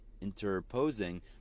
interposing